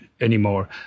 anymore